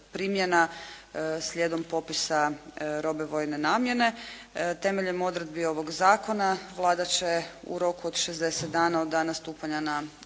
primjena slijedom popisa robe vojne namjene, temeljem odredbi ovog zakona Vlada će u roku od 60 dana od dana stupanja na